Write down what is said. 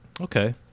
Okay